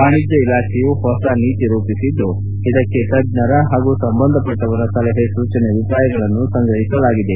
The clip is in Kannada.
ವಾಣಿಜ್ಯ ಇಲಾಖೆಯು ಹೊಸ ನೀತಿ ರೂಪಿಸಿದ್ದು ಇದಕ್ಕೆ ತಜ್ಜರ ಹಾಗೂ ಸಂಬಂಧಪಟ್ಟವರ ಸಲಹೆ ಸೂಚನೆ ಅಭಿಪ್ರಾಯಗಳನ್ನು ಸಂಗ್ರಹಿಸಲಾಗಿದೆ